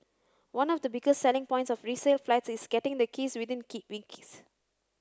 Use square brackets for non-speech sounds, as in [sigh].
one of the biggest selling points of resale flats is getting the keys within [unintelligible] weeks